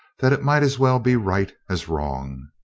that it might as well be right as wrong.